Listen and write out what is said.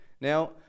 Now